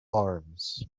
arms